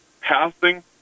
passing